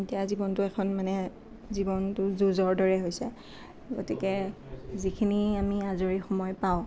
এতিয়া জীৱনটো এখন মানে জীৱনটো যুঁজৰ দৰে হৈছে গতিকে যিখিনি আমি আজৰি সময় পাওঁ